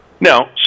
Now